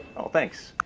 oh, thanks.